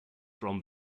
from